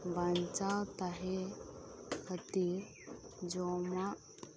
ᱵᱟᱧᱪᱟᱣ ᱛᱟᱦᱮᱸ ᱠᱷᱟᱹᱛᱤᱨ ᱡᱚᱢᱟᱜ